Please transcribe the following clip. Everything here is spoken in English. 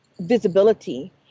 visibility